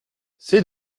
c’est